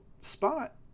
spot